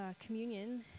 communion